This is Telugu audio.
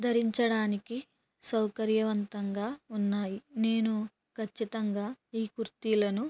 ధరించడానికి సౌకర్యవంతంగా ఉన్నాయి నేను ఖచ్చితంగా ఈ కుర్తీలను